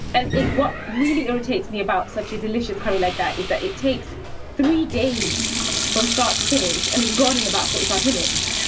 and what really irritates me about such a delicious curry like that is that it takes three days from start to finish and it's gone in about forty five minutes